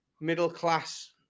middle-class